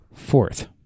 Fourth